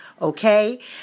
okay